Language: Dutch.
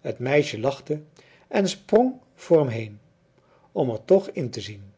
het meisje lachte en sprong voor hem heen om er toch in te zien